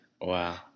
Wow